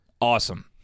awesome